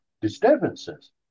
disturbances